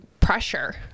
pressure